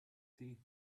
teeth